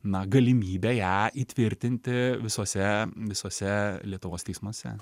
na galimybę ją įtvirtinti visuose visuose lietuvos teismuose